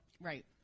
Right